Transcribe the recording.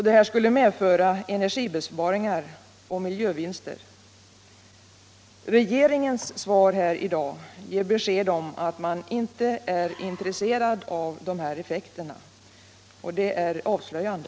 Detta skulle medföra energibesparing och miljövinster. Regeringens svar här i dag ger besked om att man inte är intresserad av dessa effekter. Det är avslöjande.